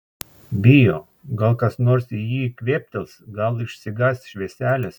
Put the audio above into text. bijo gal kas nors į jį kvėptels gal išsigąs švieselės